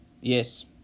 Yes